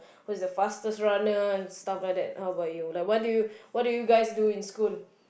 who's the fastest runner and stuff like that how about you like what do you what do you guys do in school